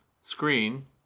screen